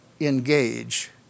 engage